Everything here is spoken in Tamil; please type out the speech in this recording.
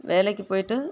வேலைக்கு போயிட்டு